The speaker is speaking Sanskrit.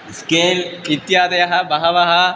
स्केल् इत्यादयः बहवः